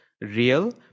real